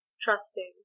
trusting